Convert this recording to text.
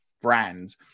brand